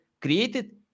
created